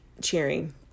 cheering